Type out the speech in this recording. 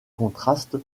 contraste